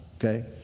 okay